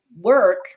work